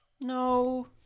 no